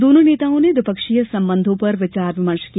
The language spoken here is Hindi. दोनों नेताओं ने द्विपक्षीय संबंधों पर विचार विमर्श किया